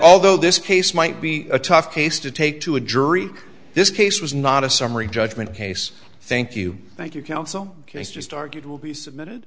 although this case might be a tough case to take to a jury this case was not a summary judgment case thank you thank you counsel case just argued will be submitted